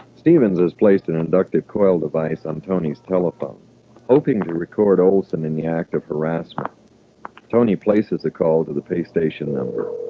stevens has placed and an inductive call device on tony's telephone hoping to record olsen in the act of harassment tony places the call to the pay station number